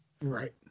right